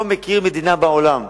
לא מכיר מדינה בעולם.